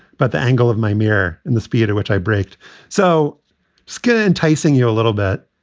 but the angle of my mirror and the speed at which i braked so scared, enticing you a little bit.